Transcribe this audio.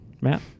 Matt